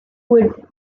would